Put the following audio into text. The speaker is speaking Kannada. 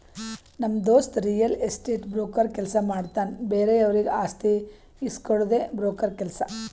ನಮ್ ದೋಸ್ತ ರಿಯಲ್ ಎಸ್ಟೇಟ್ ಬ್ರೋಕರ್ ಕೆಲ್ಸ ಮಾಡ್ತಾನ್ ಬೇರೆವರಿಗ್ ಆಸ್ತಿ ಇಸ್ಕೊಡ್ಡದೆ ಬ್ರೋಕರ್ ಕೆಲ್ಸ